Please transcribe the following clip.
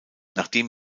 nachdem